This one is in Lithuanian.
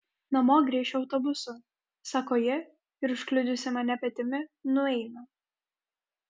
namo grįšiu autobusu sako ji ir užkliudžiusi mane petimi nueina